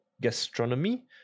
gastronomy